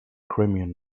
crimean